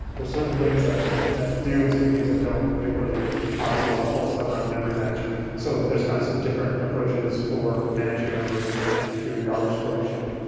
certain things that you know that do and certain things that don't, particularly obviously all the all the stuff around memory management. so there's kind of some different approaches for managing memory and and doing garbage collection.